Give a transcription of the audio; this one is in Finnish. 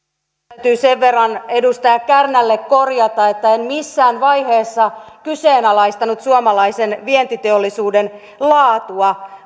täytyy sen verran edustaja kärnälle korjata että en missään vaiheessa kyseenalaistanut suomalaisen vientiteollisuuden laatua